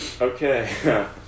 Okay